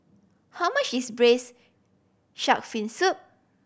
how much is Braised Shark Fin Soup